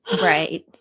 Right